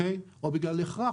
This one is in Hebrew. או בגלל הכרח.